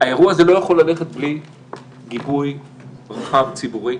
האירוע הזה לא יכול ללכת בלי גיבוי ציבורי רחב,